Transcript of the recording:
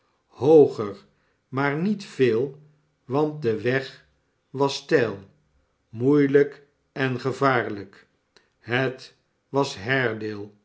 hooger maar niet veel want de weg was steil moeielijk en gevaarlijk hej was